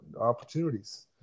opportunities